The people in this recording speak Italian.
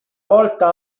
volta